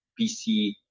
PC